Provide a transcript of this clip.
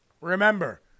Remember